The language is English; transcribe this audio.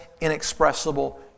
inexpressible